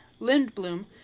Lindblom